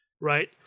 Right